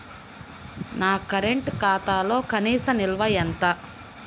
నా కరెంట్ ఖాతాలో కనీస నిల్వ ఎంత?